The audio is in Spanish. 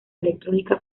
electrónica